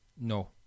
No